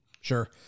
Sure